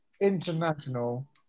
international